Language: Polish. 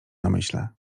namyśle